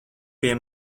pie